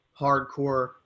hardcore